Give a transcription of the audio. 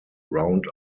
round